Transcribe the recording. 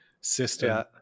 system